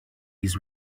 his